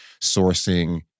sourcing